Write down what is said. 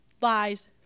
lies